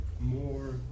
more